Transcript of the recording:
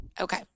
Okay